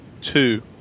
two